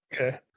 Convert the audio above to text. Okay